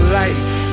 life